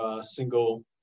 single